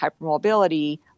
hypermobility